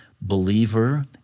believer